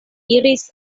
iris